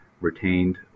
retained